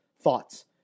Thoughts